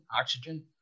oxygen